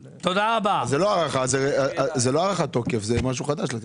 אז זאת לא הארכת תוקף, זה לתת משהו חדש.